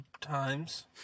Times